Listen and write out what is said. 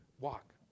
Walk